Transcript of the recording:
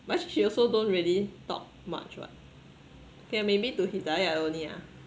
but she also don't really talk much [what] they maybe to hidayah only ah